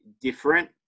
different